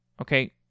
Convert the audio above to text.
okay